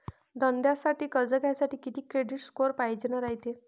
धंद्यासाठी कर्ज घ्यासाठी कितीक क्रेडिट स्कोर पायजेन रायते?